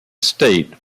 state